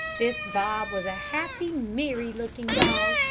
this bob was a happy, merry-looking dog,